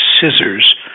scissors